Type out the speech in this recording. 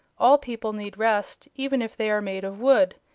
all people need rest, even if they are made of wood,